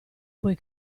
puoi